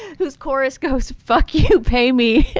whose chorus goes, fuck you pay me.